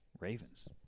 Ravens